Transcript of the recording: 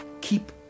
keep